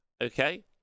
Okay